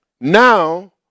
Now